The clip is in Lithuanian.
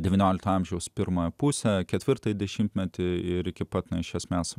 devynioliko amžiaus pirmąją pusę ketvirtąjį dešimtmetį ir iki pat na iš esmės